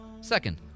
Second